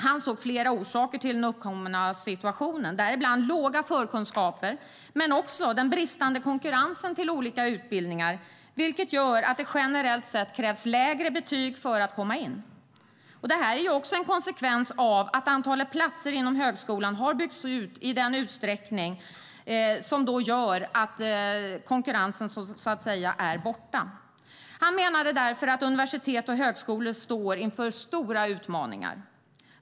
Han såg flera orsaker till den uppkomna situationen, däribland låga förkunskaper men också den bristande konkurrensen till olika utbildningar, vilket gör att det generellt sett krävs lägre betyg för att komma in. Det här är också en konsekvens av att antalet platser inom högskolan har byggts ut i en utsträckning som gör att konkurrensen är borta. Han menade därför att universitet och högskolor står inför stora utmaningar.